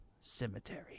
cemetery